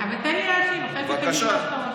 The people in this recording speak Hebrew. אבל תן לי להשיב, אחרי זה תגיד מה שאתה רוצה.